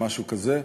או משהו כזה,